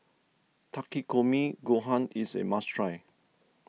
Takikomi Gohan is a must try